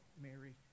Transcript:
Mary